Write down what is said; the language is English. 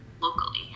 locally